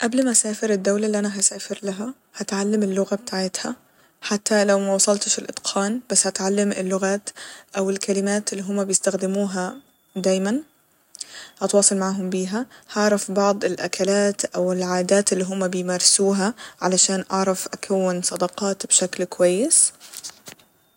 قبل ما أسافر الدولة اللي أنا هسافر لها هتعلم اللغة بتاعتها حتى لو موصلتش الإتقان بس هتعلم اللغات أو الكلمات اللي هما بيستخدموها دايما ، هتواصل معاهم بيها ، هعرف بعض الأكلات أوالعادات اللي هما بيمارسوها علشان أعرف أكون صداقات بشكل كويس